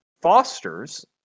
Fosters